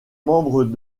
membre